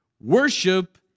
Worship